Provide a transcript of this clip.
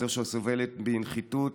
זו שסובלת מנחיתות